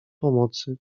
pomocy